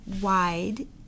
wide